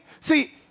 see